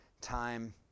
time